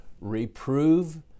Reprove